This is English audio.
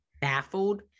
baffled